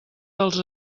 dels